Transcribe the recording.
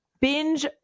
binge